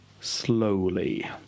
slowly